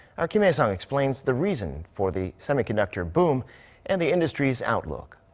our kim hyesung explains the reasons for the semiconductor boom and the industry's outlook.